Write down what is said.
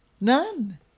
None